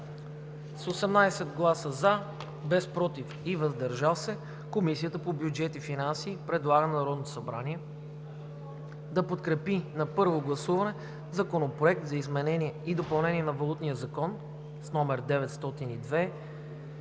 С 18 гласа „за“, без „против“ и „въздържал се“ Комисията по бюджет и финанси предлага на Народното събрание да подкрепи на първо гласуване Законопроект за изменение и допълнение на Валутния закон, № 902-01-64,